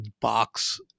box